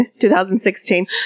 2016